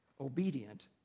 obedient